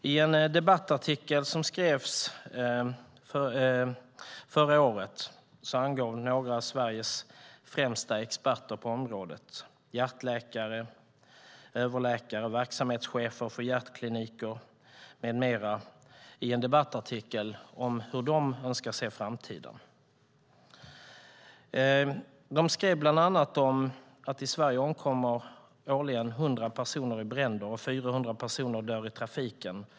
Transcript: I en debattartikel som skrevs förra året angav några av Sveriges främsta experter på området - hjärtläkare, överläkare och verksamhetschefer för hjärtkliniker med flera - i en debattartikel hur de önskar se framtiden. De skrev bland annat att i Sverige omkommer årligen 100 personer i bränder, och 400 personer dör i trafiken.